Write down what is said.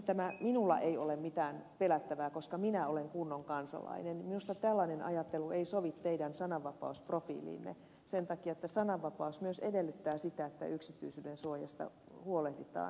ukkola minulla ei ole mitään pelättävää koska minä olen kunnon kansalainen minusta tällainen ajattelu ei sovi teidän sananvapausprofiiliinne sen takia että sananvapaus myös edellyttää sitä että yksityisyyden suojasta huolehditaan